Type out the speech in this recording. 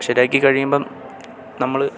ശരിയാക്കി കഴിയുമ്പം നമ്മൾ